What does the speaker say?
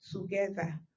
together